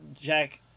Jack